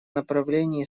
направлении